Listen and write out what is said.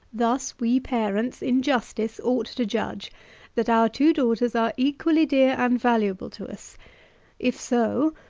thus we parents, in justice, ought to judge that our two daughters are equally dear and valuable to us if so,